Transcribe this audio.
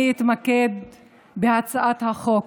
אני אתמקד בהצעת החוק.